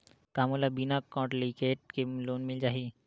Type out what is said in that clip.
का मोला बिना कौंटलीकेट के लोन मिल जाही?